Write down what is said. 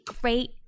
great